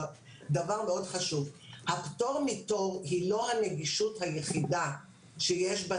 הפטור מתור היא לא הנגישות היחידה שיש בה